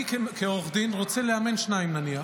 אני כעורך דין רוצה לאמן שניים, נניח,